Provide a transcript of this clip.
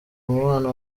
umubano